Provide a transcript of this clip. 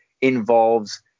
involves